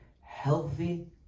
healthy